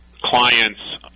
clients